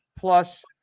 plus